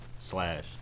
slash